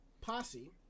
Posse